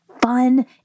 fun